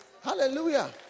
Hallelujah